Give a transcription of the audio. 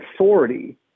authority